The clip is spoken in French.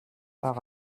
par